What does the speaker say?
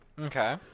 Okay